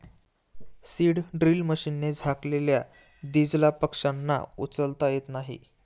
seed drill मशीनने झाकलेल्या दीजला पक्ष्यांना उचलता येत नाही